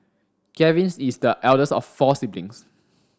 Gavin is the eldest of four siblings